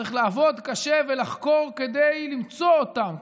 צריך לעבוד קשה ולחקור כדי למצוא אותם,